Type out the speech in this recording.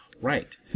Right